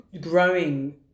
growing